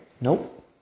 Nope